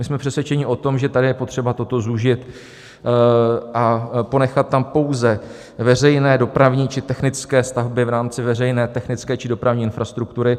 My jsme přesvědčeni o tom, že tady je potřeba toto zúžit a ponechat tam pouze veřejné, dopravní či technické stavby v rámci veřejné, technické či dopravní infrastruktury.